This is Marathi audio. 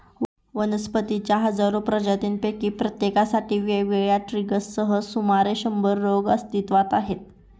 वनस्पतींच्या हजारो प्रजातींपैकी प्रत्येकासाठी वेगवेगळ्या ट्रिगर्ससह सुमारे शंभर रोग अस्तित्वात आहेत